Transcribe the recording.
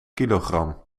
kilogram